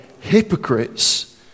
hypocrites